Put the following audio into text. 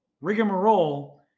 rigmarole